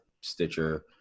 Stitcher